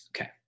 Okay